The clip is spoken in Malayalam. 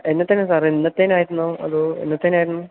എന്നത്തേനാ സാറെ ഇന്നത്തേനായിരുന്നോ അതോ എന്നത്തേനായിരുന്നു